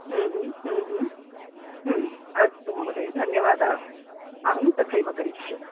अस्तु महोदय धन्यवादः अहं तथैव करिष्ये